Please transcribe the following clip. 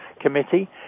Committee